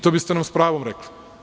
To biste nam s pravom rekli.